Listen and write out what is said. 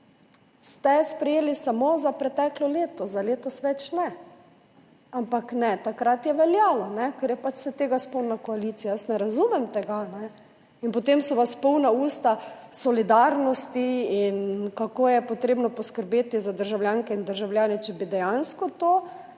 sprejeli samo za preteklo leto, za letos več ne, ampak takrat je veljalo, ker se je pač tega spomnila koalicija. Jaz ne razumem tega. Potem so vas polna usta solidarnosti in kako je treba poskrbeti za državljanke in državljane. Če bi dejansko tako